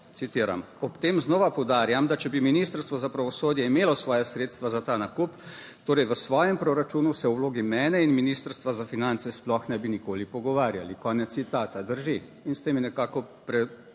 citiram: "Ob tem znova poudarjam, da če bi Ministrstvo za pravosodje imelo svoja sredstva za ta nakup, torej v svojem proračunu, se v vlogi mene in Ministrstva za finance sploh ne bi nikoli pogovarjali.", konec citata. Drži, in s tem je nekako prepoznal